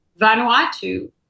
Vanuatu